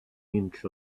inch